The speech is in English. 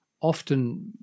often